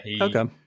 Okay